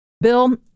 Bill